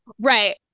Right